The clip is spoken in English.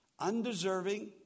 undeserving